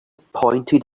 pointed